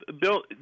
Bill